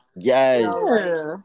Yes